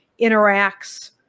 interacts